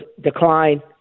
decline